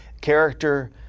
character